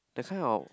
that's why our